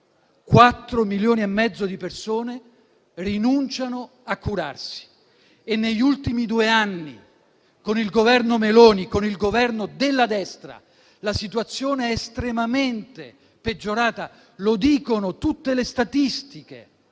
milioni e mezzo di persone rinunciano a curarsi e negli ultimi due anni, con il Governo Meloni, con il Governo della destra, la situazione è estremamente peggiorata. Lo dicono tutte le statistiche: